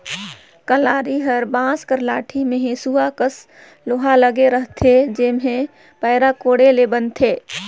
कलारी हर बांस कर लाठी मे हेसुवा कस लोहा लगे रहथे जेम्हे पैरा कोड़े ले बनथे